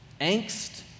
angst